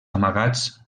amagats